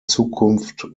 zukunft